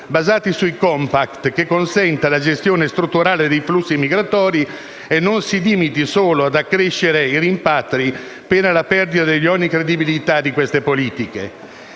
basato sui *compact,* che consenta la gestione strutturale dei flussi migratori e non si limiti solo ad accrescere i rimpatri, pena la perdita di ogni credibilità di queste politiche.